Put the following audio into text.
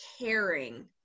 caring